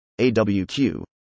AWQ